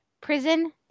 prison